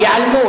ייעלמו.